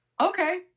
Okay